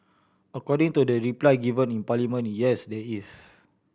according to the reply given in Parliament yes there is